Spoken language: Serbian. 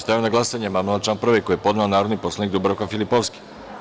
Stavljam na glasanje amandman na član 1. koji je podnela narodni poslanik Dubravka Filipovski.